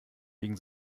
biegen